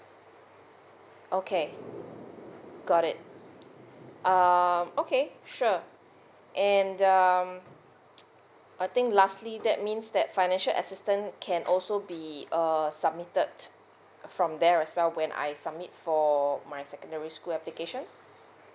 okay got it um okay sure and um I think lastly that means that financial assistance can also be err submitted from there as well when I submit for my secondary school application